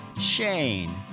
Shane